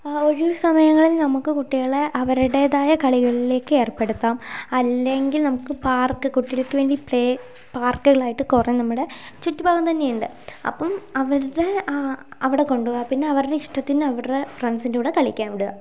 ഒഴിവു സമയങ്ങളിൽ നമുക്ക് കുട്ടികളെ അവരുടേതായ കളികളിലേക്ക് ഏർപ്പെടുത്താം അല്ലെങ്കിൽ നമുക്ക് പാർക്ക് കുട്ടികൾക്ക് വേണ്ടി പ്ലേ പാർക്കുകളായിട്ടു കുറേ നമ്മുടെ ചുറ്റുപാടും തന്നെയുണ്ട് അപ്പം അവരുടെ അവിടെ കൊണ്ടുപോവുക പിന്നെ അവരുടെ ഇഷ്ടത്തിനു അവരുടെ ഫ്രണ്ട്സിൻ്റെ കൂടെ കളിക്കാൻ വിടുക